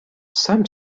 some